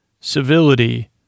Civility